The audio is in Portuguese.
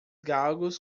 galgos